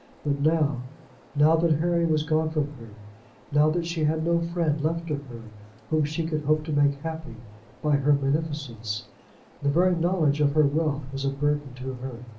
but now now that harry was gone from her now that she had no friend left to her whom she could hope to make happy by her munificence the very knowledge of her wealth was a burden to her.